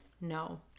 no